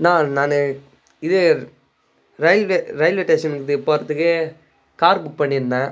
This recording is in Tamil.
அண்ணா நான் இது ரயில்வே ரயில்வே ஸ்டேஷன் இது போகிறதுக்கு கார் புக் பண்ணியிருந்தேன்